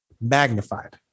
magnified